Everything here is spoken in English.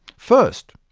first,